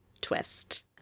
twist